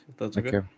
Okay